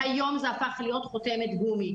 והיום זה הפך להיות חותמת גומי.